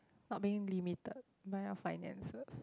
not being limited by your finances